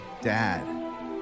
dad